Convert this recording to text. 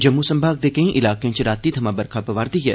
जम्मू संभाग दे केंई इलाकें च राती थमां बरखा पवारदी ऐ